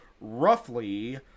roughly